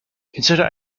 consider